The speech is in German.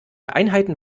einheiten